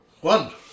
One